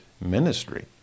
ministry